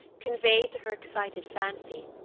conveyed to her excited fancy.